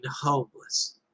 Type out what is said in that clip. homeless